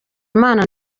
imana